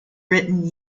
written